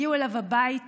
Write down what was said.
הגיעו אליו הביתה